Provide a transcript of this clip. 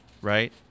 right